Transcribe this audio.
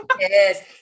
Yes